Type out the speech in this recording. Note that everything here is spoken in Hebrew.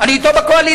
אני אתו בקואליציה.